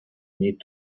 need